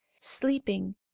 sleeping